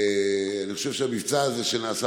אני חושב שהמבצע הזה שנעשה,